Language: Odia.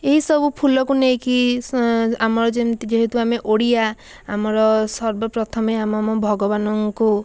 ଏହି ସବୁ ଫୁଲକୁ ନେଇକି ଆମର ଯେମିତି ଯେହେତୁ ଆମେ ଓଡ଼ିଆ ଆମର ସର୍ବପ୍ରଥମେ ଆମେ ଆମ ଭଗବାନଙ୍କୁ